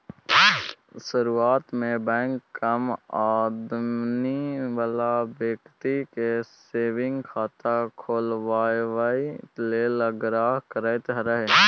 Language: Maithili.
शुरुआत मे बैंक कम आमदनी बला बेकती केँ सेबिंग खाता खोलबाबए लेल आग्रह करैत रहय